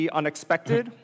unexpected